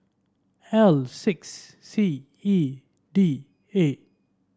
L six C E D A